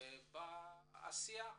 בעשיה.